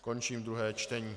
Končím druhé čtení.